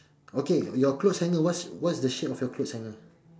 okay your clothes hanger what's what's is the shape of your clothes hanger